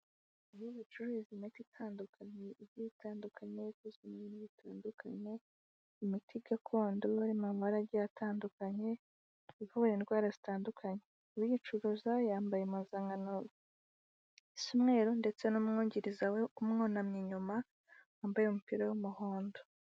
Aho bacururiza imiti itandukanye, igiye itandukanye, ikozwe mu ibintu bitandukanye, imiti gakondo, iri mu mabara agiye atandukanye, ivura indwara zitandukanye, uyicuruza yambaye impuzankano isa umweru ndetse n'umwungiriza we umwunamye inyuma wambaye umupira w'umuhondo.